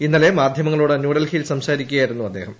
ഇന്നലെ മാധ്യമങ്ങളോട് ന്യൂഡൽഹിയിൽ സംസാരിക്കുകയായിരുന്നു അദ്ദേഹം